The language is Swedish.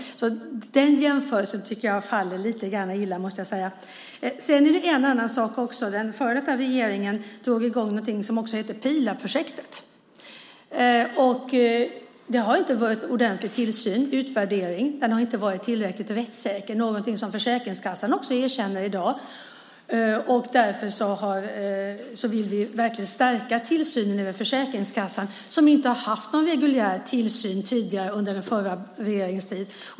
Jag tycker att den jämförelsen haltar. Den förra regeringen drog också i gång något som hette Pilaprojektet. Det har inte varit ordentlig tillsyn och utvärdering i det projektet. Den har inte varit rättssäker, vilket också Försäkringskassan erkänner i dag. Därför vill vi stärka tillsynen över Försäkringskassan, som inte har haft någon reguljär tillsyn under den förra regeringens tid.